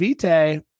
Vite